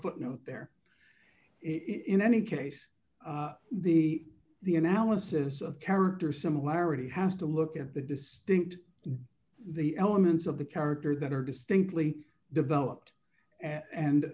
footnote there in any case the the analysis of character similarity has to look at the distinct the elements of the character that are distinctly developed and